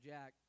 Jack